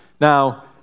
Now